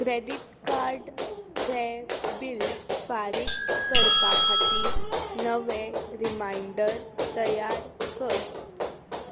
credit कार्डचें bill फारीक करपा खातीर नवें रिमांयडर तयार कर